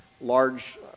Large